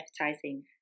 advertising